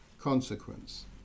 consequence